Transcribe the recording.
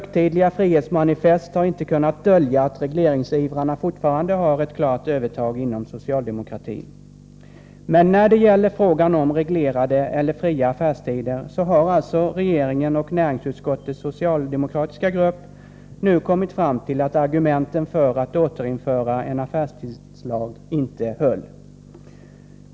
Högtidliga frihetsmanifest har inte kunnat dölja att regleringsivrarna fortfarande har ett klart övertag inom socialdemokratin, men när det gäller frågan om reglerade eller fria affärstider har alltså regeringen och näringsutskottets socialdemokratiska grupp nu kommit fram till att argumenten för att återinföra en affärstidslag inte höll.